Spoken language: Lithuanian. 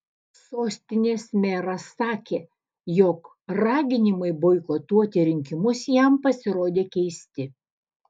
sostinės meras sakė jog raginimai boikotuoti rinkimus jam pasirodė keisti